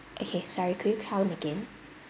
okay sorry could you come again